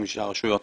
256 רשויות.